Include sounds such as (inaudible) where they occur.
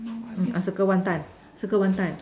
(noise) I circle one time circle one time